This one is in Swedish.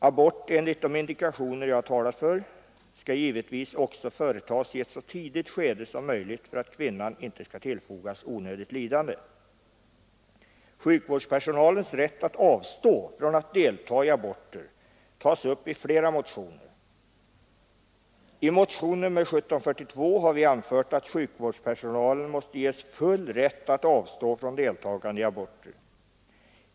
Abort enligt de indikationer jag talat för skall givetvis också företas i ett så tidigt skede som möjligt för att kvinnan inte skall tillfogas onödigt lidande. Sjukvårdspersonalens rätt att avstå från att deltaga i aborter berörs i flera motioner. I motionen 1742 har vi anfört att sjukvårdspersonalen måste ges full rätt att avstå från deltagande i aborter.